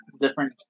different